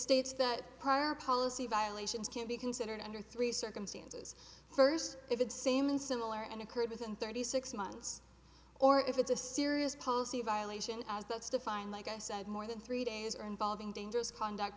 states that prior policy violations can be considered under three circumstances first if it's same in similar and occurred within thirty six months or if it's a serious policy violation as that's defined like i said more than three days or involving dangerous conduct